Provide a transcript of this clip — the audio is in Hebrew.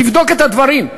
תבדוק את הדברים,